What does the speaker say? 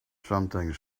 something